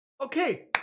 Okay